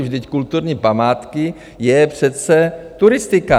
Vždyť kulturní památky je přece turistika.